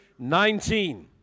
19